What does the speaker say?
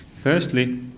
Firstly